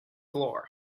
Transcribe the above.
floor